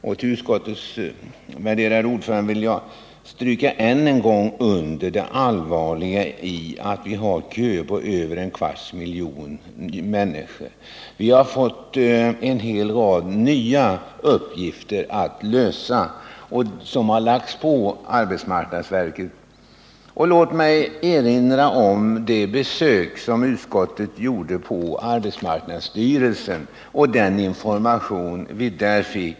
För utskottets värderade ordförande vill jag än en gång stryka under det allvarliga i att vi har köer på en kvarts miljon människor. Det har lagts en hel rad nya uppgifter på arbetsmarknadsverket, och jag vill i det sammanhanget erinra om det besök som utskottet gjorde hos arbetsmarknadsstyrelsen och den information som vi där fick.